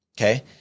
Okay